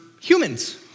humans